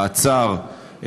מעצר,